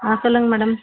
ஆ சொல்லுங்க மேடம்